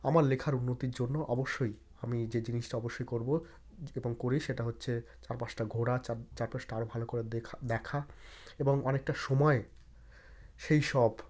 আমার লেখার উন্নতির জন্য অবশ্যই আমি যে জিনিসটা অবশ্যই করব এবং করি সেটা হচ্ছে চারপাশটা ঘোরা চার চারপাশটা আরও ভালো করে দেখা দেখা এবং অনেকটা সময় সেই সব